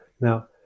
now